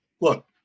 look